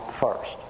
first